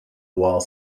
while